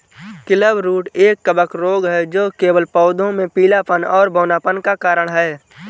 clubroot एक कवक रोग है जो केवल पौधों में पीलापन और बौनापन का कारण है